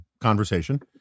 conversation